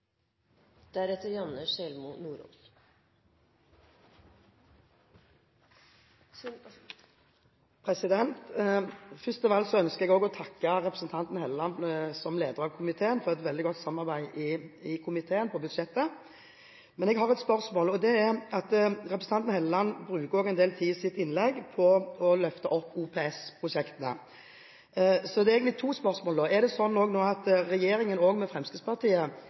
Helleland som leder av komiteen for et veldig godt samarbeid i komiteen om budsjettet. Men jeg har et par spørsmål: Representanten Helleland bruker en del tid i sitt innlegg på å løfte opp OPS-prosjektene. Er det nå slik at regjeringen – også med Fremskrittspartiet – mener like mye som Høyre at dette er trylleformelen for å bygge ut mer vei, og på hvilken måte mener representanten at OPS vil gi mer vei for pengene? Og